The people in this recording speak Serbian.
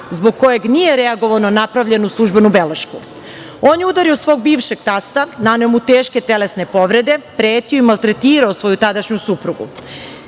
zbog kojeg nije reagovano napravljeno službenu belešku. On je udario svog bivšeg tasta, naneo mu teške telesne povrede, pretio, maltretirao svoju tadašnju suprugu. Da